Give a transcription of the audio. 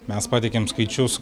mes pateikėm skaičius